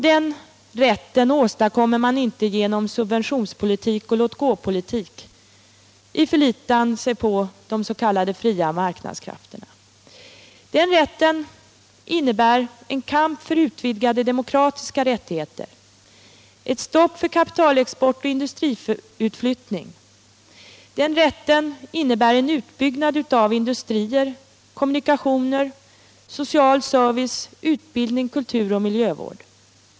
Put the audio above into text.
Den rätten åstadkommer man inte genom subventionspolitik och låt-gå-politik, förlitande sig på des.k. fria marknadskrafterna. Den rätten innebär en kamp för utvidgade demokratiska rättigheter och ett stopp för kapitalexporten och industriutflyttningen. Den rätten innebär också en utbyggnad av industrier, kommunikationer, social service, utbildning, kultur och miljövård.